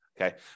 Okay